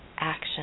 Action